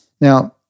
Now